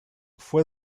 fue